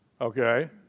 Okay